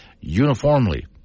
uniformly